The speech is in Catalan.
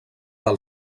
del